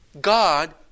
God